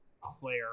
Claire